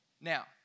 Now